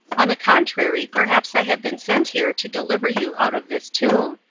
on the contrary, perhaps i have been sent here to deliver you out of this tomb,